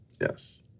Yes